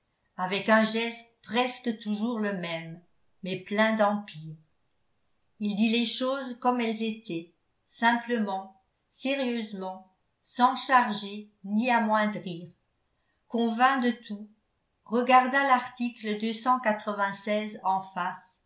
avec un geste presque toujours le même mais plein d'empire il dit les choses comme elles étaient simplement sérieusement sans charger ni amoindrir convint de tout regarda larticle en face